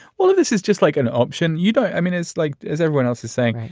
well, this is just like an option. you don't. i mean, it's like as everyone else is saying,